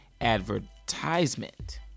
advertisement